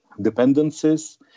dependencies